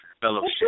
fellowship